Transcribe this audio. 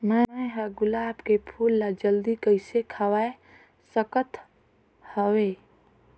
मैं ह गुलाब के फूल ला जल्दी कइसे खवाय सकथ हवे?